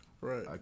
Right